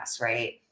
right